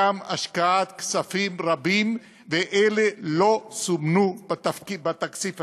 גם השקעת כספים רבים, ואלה לא סומנו בתקציב הזה.